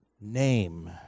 name